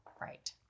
right